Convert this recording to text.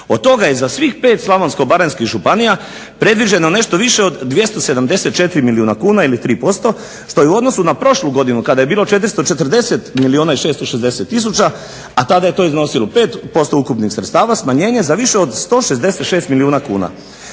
Od toga je za svih 5 slavonsko-baranjskih županija predviđeno nešto više od 274 milijuna kuna ili 3% što je u odnosu na prošlu godinu kada je bilo 440 milijuna i 660 tisuća, a tada je to iznosio 5% ukupnih sredstava, smanjenje za više od 166 milijuna kuna.